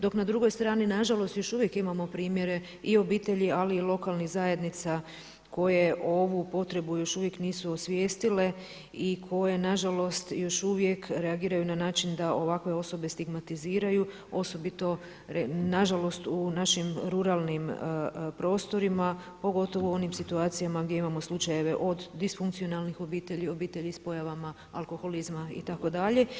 Dok na drugoj strani na žalost još uvijek imamo primjere i obitelji, ali i lokalnih zajednica koje ovu potrebu još uvijek nisu osvijestile i koje na žalost još uvijek reagiraju na način da ovakve osobe stigmatiziraju osobito na žalost u našim ruralnim prostorima pogotovo u onim situacijama gdje imamo slučajeve od disfunkcionalnih obitelji, obitelji s pojavama alkoholizma itd.